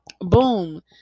Boom